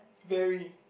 very